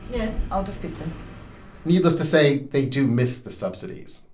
yes, out of business needless to say, they do miss the subsidies.